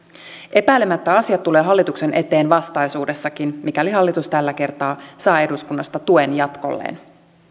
epäilemättä asia tulee hallituksen eteen vastaisuudessakin mikäli hallitus tällä kertaa saa eduskunnasta tuen jatkolleen